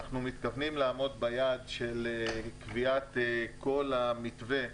אנחנו מתכוונים לעמוד ביעד של קביעת כל המתווה.